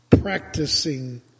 practicing